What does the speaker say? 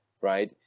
right